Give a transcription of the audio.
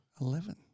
Eleven